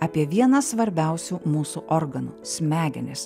apie vieną svarbiausių mūsų organų smegenis